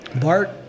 bart